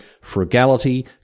frugality